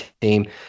team